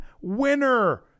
winner